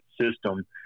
system